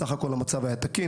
בסך הכול המצב היה תקין.